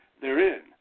therein